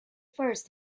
first